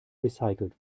recycelt